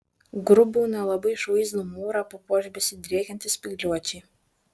grubų nelabai išvaizdų mūrą papuoš besidriekiantys spygliuočiai